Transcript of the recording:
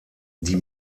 die